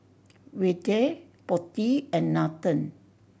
Vedre Potti and Nathan